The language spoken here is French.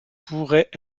pourraient